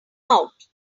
out